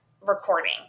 recording